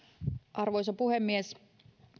arvoisa puhemies